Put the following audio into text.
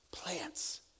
Plants